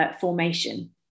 formation